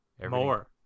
more